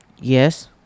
Yes